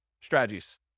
strategies